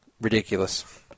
ridiculous